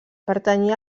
pertanyia